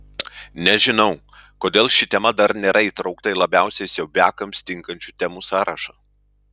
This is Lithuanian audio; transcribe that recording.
nežinau kodėl ši tema dar nėra įtraukta į labiausiai siaubiakams tinkančių temų sąrašą